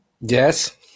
yes